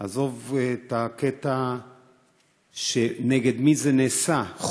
עזוב את הקטע נגד מי זה נעשה,